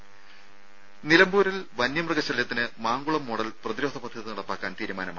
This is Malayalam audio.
രുര നിലമ്പൂരിൽ വന്യമൃഗശല്യത്തിന് മാങ്കുളം മോഡൽ പ്രതിരോധ പദ്ധതി നടപ്പാക്കാൻ തീരുമാനമായി